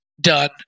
done